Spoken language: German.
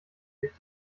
sich